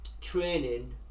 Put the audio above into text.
training